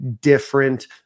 different